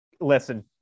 listen